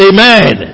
Amen